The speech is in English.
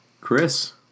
Chris